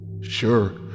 Sure